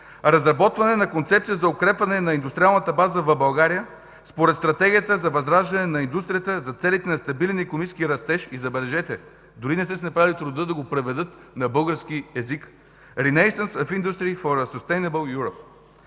„Разработване на Концепция за укрепване на индустриалната база в България според Стратегията за възраждане на индустрията за целите на стабилен икономически растеж” и, забележете, дори не са си направили труда да го преведат на български език